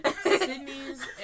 Sydney's